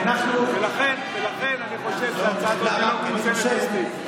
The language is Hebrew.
ולכן אני חושב שההצעה הזאת לא מאוזנת מספיק.